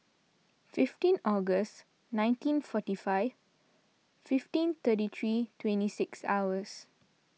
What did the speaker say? fifteen August nineteen forty five fifteen thirty three twenty six hours